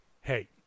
hey